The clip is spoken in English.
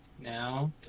now